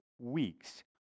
weeks